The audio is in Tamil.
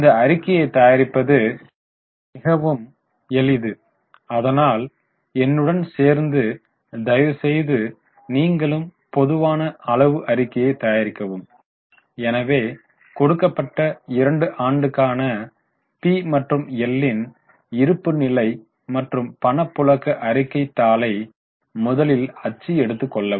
இந்த அறிக்கையை தயாரிப்பது மிகவும் எளிது அதனால் என்னுடன் சேர்ந்து தயவுசெய்து நீங்களும் பொதுவான அளவு அறிக்கையை தயாரிக்கவும் எனவே கொடுக்கப்பட்ட 2 ஆண்டுக்கான பி மற்றும் எல் ன் இருப்புநிலை மற்றும் பணப்புழக்க அறிக்கை தாளை முதலில் அச்சு எடுத்து கொள்ளவும்